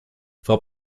frau